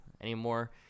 anymore